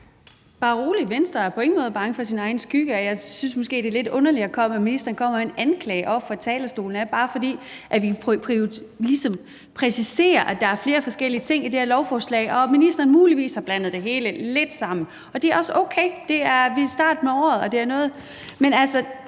(V): Bare rolig: Venstre er på ingen måde bange for sin egen skygge. Og jeg synes måske, det er lidt underligt, at ministeren kommer med en anklage oppe fra talerstolen, bare fordi vi ligesom præciserer, at der er flere forskellige ting i det her lovforslag, og at ministeren muligvis har blandet det hele lidt sammen. Og det er også okay – vi er i starten af året – men de her